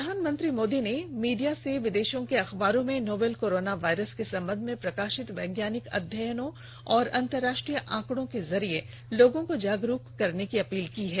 प्रधानमंत्री नरेन्द्र मोदी ने मीडिया से विदेशों के अखबारों में नोवल कोरोना वायरस के संबंध में प्रकाषित वैज्ञानिक अध्ययनों और अंतर्राष्ट्रीय आंकडों के जरिए लोगों को जागरूक करने की अपील की है